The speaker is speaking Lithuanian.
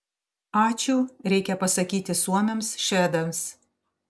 ačiū reikia pasakyti suomiams švedams